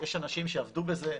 יש אנשים שעבדו בזה,